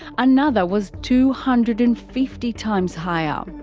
another was two hundred and fifty times higher. um